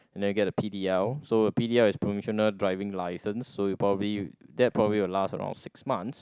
and then you get the P_d_L so a P_d_L is provisional driving licence so you probably that probably will last around six months